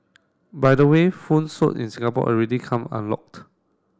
by the way phones sold in Singapore already come unlocked